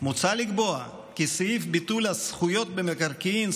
מוצע לקבוע כי סעיף ביטול הזכויות במקרקעין,